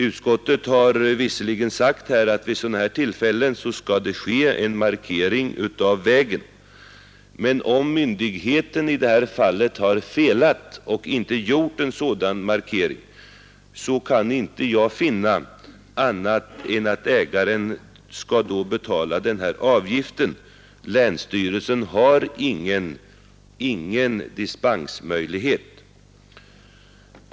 Utskottet har visserligen sagt att vid sådana tillfällen skall vägen markeras, men om myndigheten har felat och underlåtit att göra sådan markering kan jag inte finna att ägaren kan undgå att betala avgiften. Länsstyrelsen har ingen dispensmöjlighet.